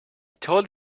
told